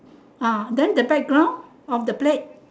ah then the background of the plate